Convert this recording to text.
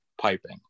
piping